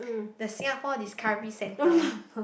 the Singapore Discovery center